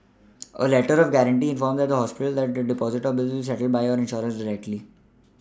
a letter of guarantee informs the hospital that your Deposit or Bills will be settled by your insurer directly